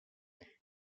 nine